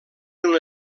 una